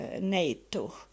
NATO